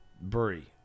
Brie